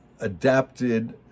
adapted